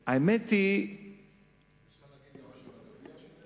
יש לך להגיד גם משהו על הגביע?